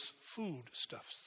foodstuffs